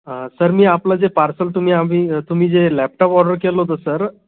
हा सर मी आपलं जे पार्सल तुम्ही आम्ही तुम्ही जे लॅपटॉप ऑर्डर केले होते सर